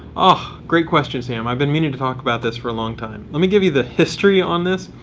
ah, great question, sam. i've been meaning to talk about this for a long time. let me give you the history on this.